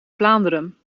vlaanderen